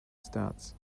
stats